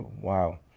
wow